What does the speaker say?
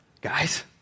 Guys